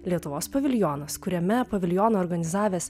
lietuvos paviljonas kuriame paviljoną organizavęs